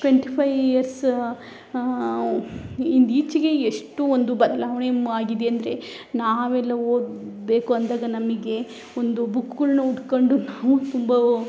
twenty five years ಇಂದೀಚೆಗೆ ಎಷ್ಟು ಒಂದು ಬದಲಾವಣೆ ಮ್ ಆಗಿದೆಯಂದರೆ ನಾವೆಲ್ಲ ಓದ ಬೇಕು ಅಂದಾಗ ನಮಗೆ ಒಂದು ಬುಕ್ಗಳ್ನ ಹುಡ್ಕೊಂಡು ನಾವು ತುಂಬ